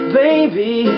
baby